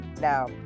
Now